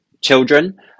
children